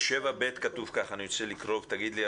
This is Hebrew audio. ב-7(ב) כתוב כך אני רוצה לקרוא ותגידו לי,